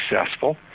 successful